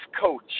coach